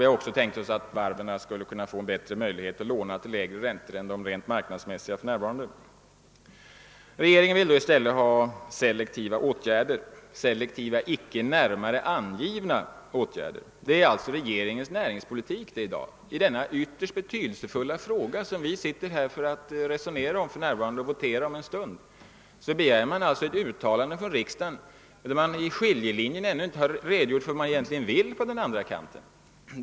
Vi har också föreslagit att varven skulle få bättre möjligheter att låna till lägre räntor än de rent marknadsmässiga. Regeringen vill i stället ha selektiva, icke närmare angivna åtgärder. Det är alltså regeringens näringspolitik i dag. I den ytterst betydelsefulla fråga, som vi för närvarande diskuterar och som vi om en stund skall votera om, begär regeringen alltså ett uttalande från riksdagen, trots att man inte redogjort för vad man vill på den andra kanten.